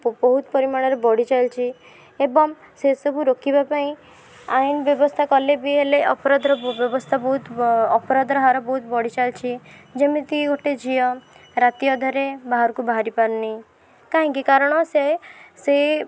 ବହୁତ ପରିମାଣରେ ବଢ଼ିଚାଲିଛି ଏବଂ ସେ ସବୁ ରୋକିବା ପାଇଁ ଆଇନ ବ୍ୟବସ୍ଥା କଲେ ବି ହେଲେ ଅପରାଧର ବ୍ୟବସ୍ଥା ବହୁତ ଅପରାଧର ହାର ବହୁତ ବଢ଼ିଚାଲିଛି ଯେମିତି ଗୋଟେ ଝିଅ ରାତି ଅଧରେ ବାହାରକୁ ବାହାରିପାରୁନି କାହିଁକି କାରଣ ସେ ସେ